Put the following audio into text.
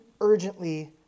urgently